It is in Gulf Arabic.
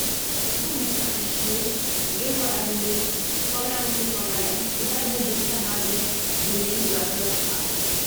أقوم متأخر شوي، قهوة عالريوق، طلعة بسيطة مع الأهل، وبعدها جلسة هادية بالليل وأقرأ كتاب.